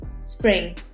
Spring